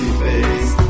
face